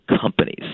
companies